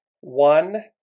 one